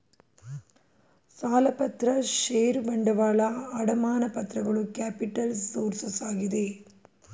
ಸಾಲಪತ್ರ ಷೇರು ಬಂಡವಾಳ, ಅಡಮಾನ ಪತ್ರಗಳು ಕ್ಯಾಪಿಟಲ್ಸ್ ಸೋರ್ಸಸ್ ಆಗಿದೆ